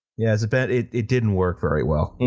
yeah, it's a bendy it didn't work very well.